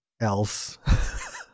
else